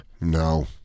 No